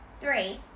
Three